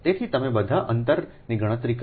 તેથી તમે બધા અંતરની ગણતરી કરો